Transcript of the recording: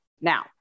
Now